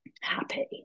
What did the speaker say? happy